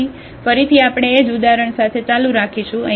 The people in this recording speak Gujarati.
તેથી ફરીથી આપણે એ જ ઉદાહરણ સાથે ચાલુ રાખીશું